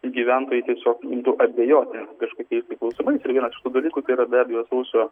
gyventojai tiesiog imtų abejoti kažkokiais klausimais ir vienas iš tų dalykų tai yra be abejo sausio